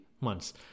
months